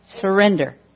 surrender